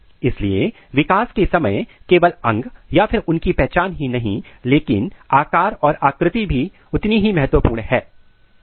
इसलिए विकास के समय केवल अंग या फिर उनकी पहचान ही नहीं लेकिन आकार और आकृति उतनी ही महत्वपूर्ण है